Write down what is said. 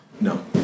No